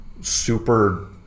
super